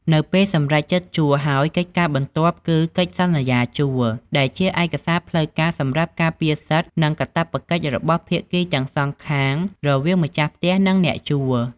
នៅពេលសម្រេចចិត្តជួលហើយ កិច្ចការបន្ទាប់គឺកិច្ចសន្យាជួល ដែលជាឯកសារផ្លូវការសម្រាប់ការពារសិទ្ធិនិងកាតព្វកិច្ចរបស់ភាគីទាំងសងខាង រវាងម្ចាស់ផ្ទះ និងអ្នកជួល។